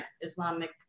Islamic